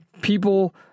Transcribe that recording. people